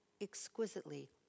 exquisitely